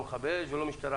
לא למכבי אש ולא למשטרה.